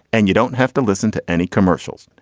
and you don't have to listen to any commercials.